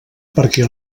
perquè